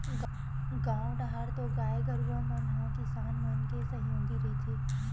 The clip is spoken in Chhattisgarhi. गाँव डाहर तो गाय गरुवा मन ह किसान मन के सहयोगी रहिथे